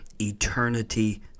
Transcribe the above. eternity